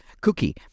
cookie